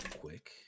quick